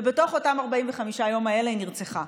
ובתוך אותם 45 הימים האלה היא נרצחה,